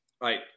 Right